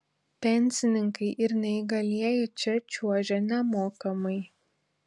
pensininkai ir neįgalieji čia čiuožia nemokamai